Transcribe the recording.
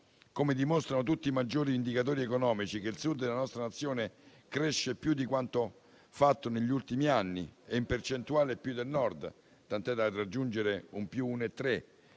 come dimostrano tutti i maggiori indicatori economici - che il Sud della nostra Nazione cresce più di quanto fatto negli ultimi anni e in percentuale più del Nord, tanto da raggiungere un più 1,3